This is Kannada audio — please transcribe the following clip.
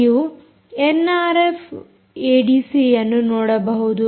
ನೀವು ಎನ್ಆರ್ಎಫ್ ಏಡಿಸಿಯನ್ನು ನೋಡಬಹುದು